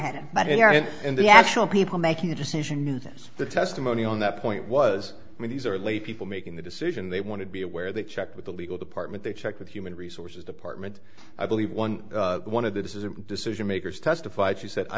in the actual people making the decision knew this the testimony on that point was i mean these are lay people making the decision they want to be aware they checked with the legal department they checked with human resources department i believe one one of the this is a decision makers testified she said i